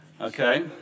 Okay